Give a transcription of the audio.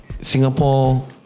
Singapore